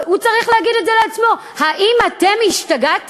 הוא צריך להגיד את זה לעצמו: האם אתם השתגעתם?